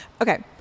Okay